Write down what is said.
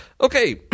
Okay